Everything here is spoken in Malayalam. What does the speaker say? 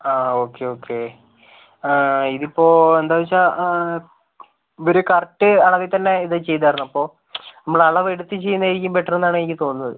ആ ഓക്കെ ഓക്കെ ഇതിപ്പോ എന്താന്ന് വെച്ചാൽ ഇവര് കറക്റ്റ് അളവിൽ തന്നെ ഇത് ചെയ്താരുന്നു അപ്പൊൾ നമ്മള് അളവ് എടുത്ത് ചെയ്യുന്നതായിരിക്കും ബെറ്ററ് എന്നാൽ എനിക്ക് തോന്നുന്നത്